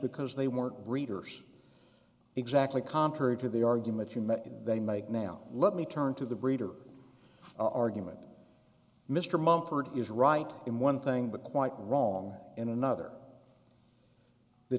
because they weren't breeders exactly contrary to the argument you meant they make now let me turn to the breeder argument mr mumford is right in one thing but quite wrong in another the